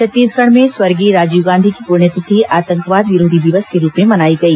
छत्तीसगढ़ में स्वर्गीय राजीव गांधी की पुण्यतिथि आतंकवाद विरोधी दिवस के रूप में मनाई गई